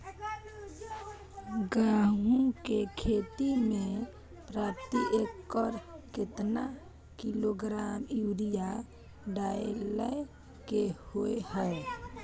गेहूं के खेती में प्रति एकर केतना किलोग्राम यूरिया डालय के होय हय?